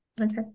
Okay